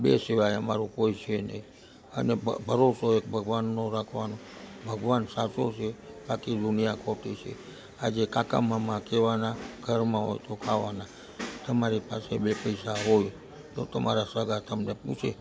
બે સિવાય અમારું કોય છે નહીં અને ભરોસો એક ભગવાનનો રાખવાનો ભગવાન સાચો છે બાકી દુનિયા ખોટી છે આજે કાકા મામા કહેવાના ઘરમાં હોય તો ખાવાના તમારી પાસે બે પૈસા હોય તો તમારા સગા તમને પૂછે